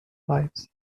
lives